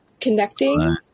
Connecting